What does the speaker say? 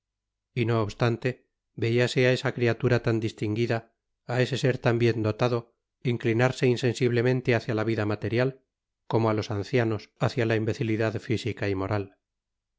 y no obstante veiase á esa criatura tan distinguida á ese ser tan bien dotado inclinarse insensiblemente hácia la vida material como á los ancianos hácia la imbecilidad física y moral